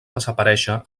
desaparèixer